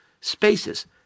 spaces